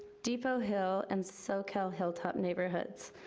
depot hill, and socal hilltop neighborhoods.